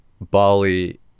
Bali